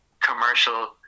commercial